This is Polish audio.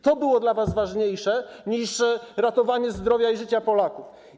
To było dla was ważniejsze niż ratowanie zdrowia i życia Polaków.